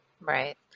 right